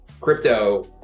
crypto